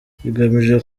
igamije